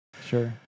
sure